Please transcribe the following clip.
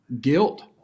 guilt